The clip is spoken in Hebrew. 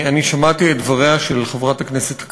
אני שמעתי את דבריה של חברת הכנסת קריב,